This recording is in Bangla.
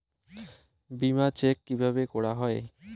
বিমা চেক কিভাবে করা হয়?